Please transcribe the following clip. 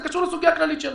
זה קשור לסוגיה הכללית שלנו.